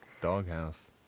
Doghouse